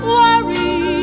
worry